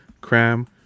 Cram